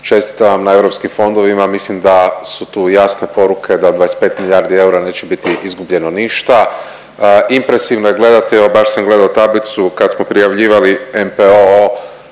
čestitam vam na europskim fondovima. Mislim da su tu jasne poruke da 25 milijardi eura neće biti izgubljeno ništa. Impresivno je gledati evo baš sam gledao tablicu kad smo prijavljivali NPOO